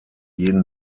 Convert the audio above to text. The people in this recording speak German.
jeden